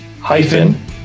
hyphen